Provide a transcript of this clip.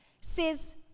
says